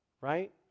right